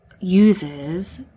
uses